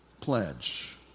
pledge